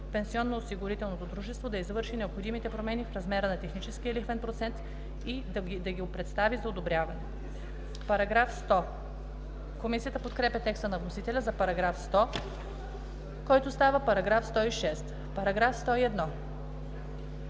пенсионноосигурителното дружество да извърши необходимите промени в размера на техническия лихвен процент и да го представи за одобряване.” Комисията подкрепя текста на вносителя за § 100, който става § 106. Комисията